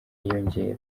yiyongera